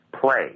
play